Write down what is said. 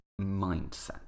mindset